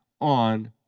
on